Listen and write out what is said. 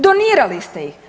Donirali ste ih.